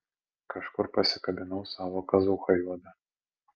kažkur pasikabinau savo kazūchą juodą